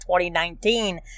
2019